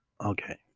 okay